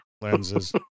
lenses